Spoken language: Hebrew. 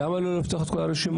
למה לא לפתוח את כל הרשימות?